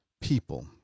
people